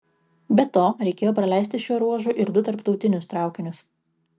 be to reikėjo praleisti šiuo ruožu ir du tarptautinius traukinius